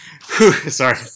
Sorry